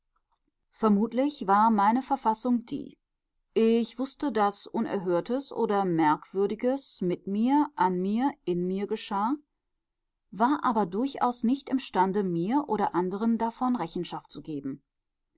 vermutlich war meine verfassung die ich wußte daß unerhörtes oder merkwürdiges mit mir an mir in mir geschah war aber durchaus nicht imstande mir oder anderen davon rechenschaft zu geben